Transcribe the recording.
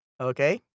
Okay